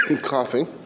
coughing